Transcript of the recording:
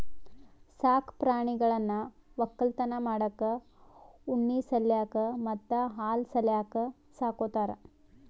ಸಾಕ್ ಪ್ರಾಣಿಗಳನ್ನ್ ವಕ್ಕಲತನ್ ಮಾಡಕ್ಕ್ ಉಣ್ಣಿ ಸಲ್ಯಾಕ್ ಮತ್ತ್ ಹಾಲ್ ಸಲ್ಯಾಕ್ ಸಾಕೋತಾರ್